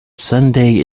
sunday